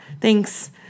thanks